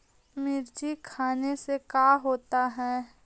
मिर्ची खाने से का होता है?